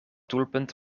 doelpunt